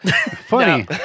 Funny